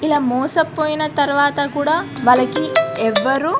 ఇలా మోసపోయిన తర్వాత కూడా వాళ్ళకి ఎవ్వరూ